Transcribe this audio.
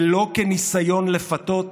ולא כניסיון לפתות